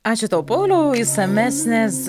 ačiū tau pauliau išsamesnės